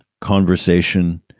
conversation